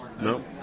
No